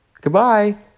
goodbye